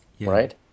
right